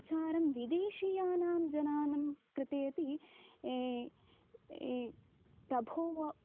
विचारं विदेशीयानां जनानां कृतेपि ई प्रभावः